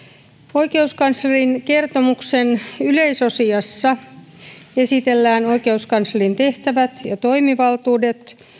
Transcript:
oikeuskanslerin kertomuksen yleisosassa esitellään oikeuskanslerin tehtävät ja toimivaltuudet